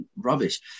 rubbish